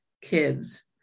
kids